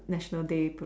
national day pa~